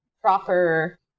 proper